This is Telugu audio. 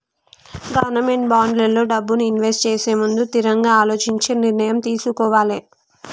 గవర్నమెంట్ బాండ్లల్లో డబ్బుని ఇన్వెస్ట్ చేసేముందు తిరంగా అలోచించి నిర్ణయం తీసుకోవాలే